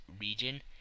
region